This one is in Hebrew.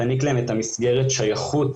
תעניק להם מסגרת שייכות.